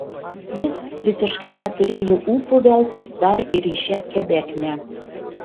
jis visiškai neturėjo ūpo veltis dar ir į šią kebeknę